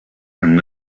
and